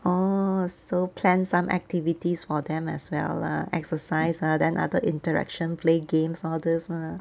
orh so plan some activities for them as well lah exercise ah then other interaction play games all these lah